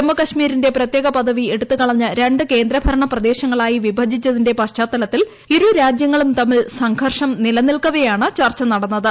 ജമ്മുകാശ്മീരിന്റെ പ്രത്യേക പദവി എടുത്ത് കളഞ്ഞ് ര ് കേന്ദ്രഭരണപ്രദേശങ്ങളായി വിഭജിച്ചതിന്റെ പശ്ചാത്തലത്തിൽ ഇരുരാജ്യങ്ങളും തമ്മിൽ സംഘർഷം നിലനിൽക്കവെയാണ് ചർച്ച നടന്നത്